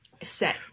set